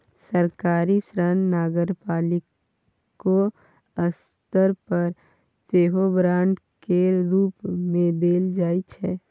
सरकारी ऋण नगरपालिको स्तर पर सेहो बांड केर रूप मे देल जाइ छै